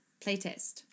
playtest